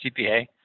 CPA